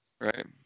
right